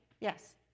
Yes